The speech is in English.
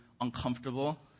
uncomfortable